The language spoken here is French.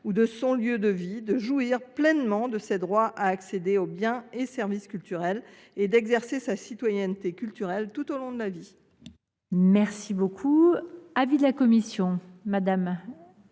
ou de son lieu de vie, de jouir pleinement de ses droits à accéder aux biens et aux services culturels et d’exercer sa citoyenneté culturelle tout au long de sa vie. Quel est l’avis de la commission ? Cet